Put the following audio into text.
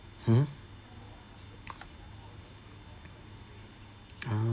mmhmm ah